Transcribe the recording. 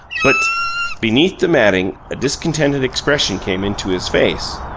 but beneath the matting a discontented expression came into his face,